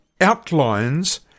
outlines